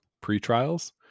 pre-trials